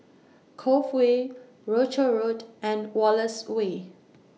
Cove Way Rochor Road and Wallace Way